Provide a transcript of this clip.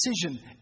decision